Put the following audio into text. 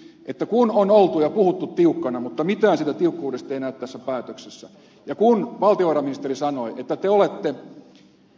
kysynkin nyt kun on oltu ja puhuttu tiukkana mutta mitään siitä tiukkuudesta ei näy tässä päätöksessä ja kun te valtiovarainministeri sanoitte että olette